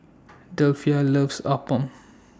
Delphia loves Appam